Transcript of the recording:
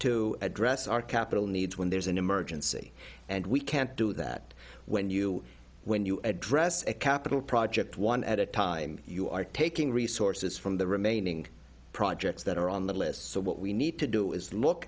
to address our capital needs when there's an emergency and we can't do that when you when you address a capital project one at a time you are taking resources from the remaining projects that are on the list so what we need to do is look